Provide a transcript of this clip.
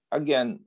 again